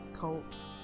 cults